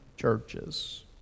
churches